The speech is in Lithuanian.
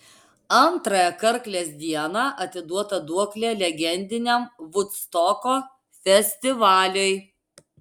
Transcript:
antrąją karklės dieną atiduota duoklė legendiniam vudstoko festivaliui